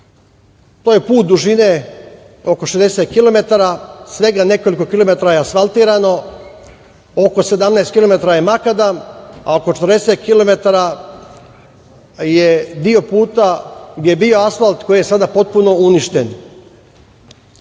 To je put dužine oko 60 kilometara. Svega nekoliko kilometara je asfaltirano, oko 17 kilometara je makadam, a oko 40 kilometara je deo puta gde je bio asfalt koji je sada potpuno uništen. Naši